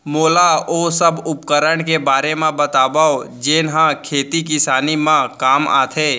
मोला ओ सब उपकरण के बारे म बतावव जेन ह खेती किसानी म काम आथे?